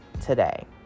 today